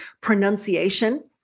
pronunciation